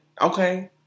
Okay